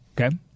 Okay